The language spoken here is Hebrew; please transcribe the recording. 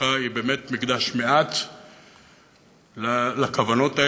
בראשותך היא באמת מקדש מעט לכוונות האלה,